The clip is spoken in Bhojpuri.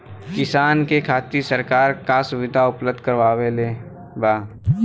किसान के खातिर सरकार का सुविधा उपलब्ध करवले बा?